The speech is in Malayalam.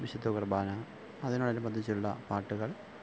വിശുദ്ധ കുര്ബാന അതിനോടനുബന്ധിച്ചുള്ള പാട്ടുകള്